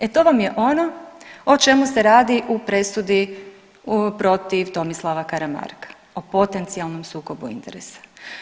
E to vam je ono o čemu se radi u presudi protiv Tomislava Karamarka, o potencijalnom sukobu interesa.